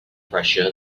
pressure